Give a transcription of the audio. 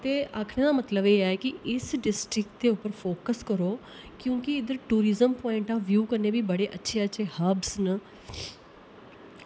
ते आक्खने दा मतलब एह् ऐ कि इस डिस्ट्रिक्ट दे उप्पर फोक्स करो क्योंकि इद्धर टुरिज्म प्वाइंट आफ व्यू कन्नै वी बड़े अच्छे अच्छे हब्स न